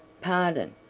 pardon!